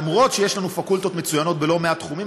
למרות שיש לנו פקולטות מצוינות בלא מעט תחומים,